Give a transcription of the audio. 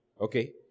Okay